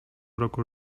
roku